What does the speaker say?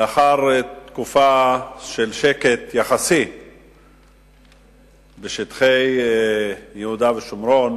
לאחר תקופה של שקט יחסי בשטחי יהודה ושומרון,